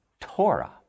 Torah